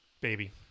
Baby